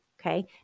okay